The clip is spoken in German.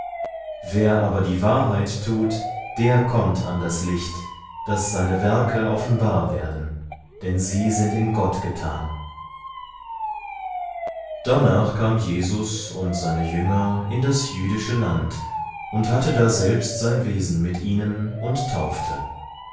wer aber die wahrheit tut der kommt an das licht daß seine werke offenbar werden denn sie sind in gott getan darnach kam jesus und seine jünger in das jüdische land und hatte daselbst sein wesen mit ihnen und taufte